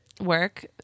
work